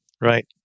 Right